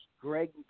Greg